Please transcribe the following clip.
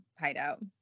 hideout